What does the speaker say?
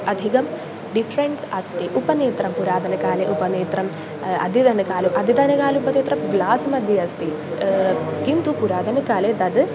अधिकं डिफ़्रेन्स् अस्ति उपनेत्रं पुरातनकाले उपनेत्रम् अद्यतनकाले अद्यतनकाले उपनेत्रं ग्लास् मध्ये अस्ति किन्तु पुरातनकाले तत्